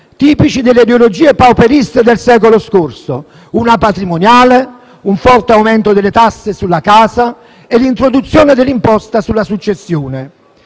tipici delle ideologie pauperiste del secolo scorso: una patrimoniale, un forte aumento delle tasse sulla casa e l'introduzione dell'imposta sulla successione.